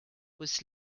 was